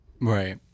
Right